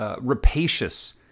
rapacious